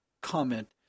comment